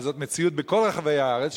אבל זאת מציאות בכל רחבי הארץ,